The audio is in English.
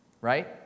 right